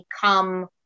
become